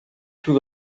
plus